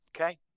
okay